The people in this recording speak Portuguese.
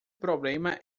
problema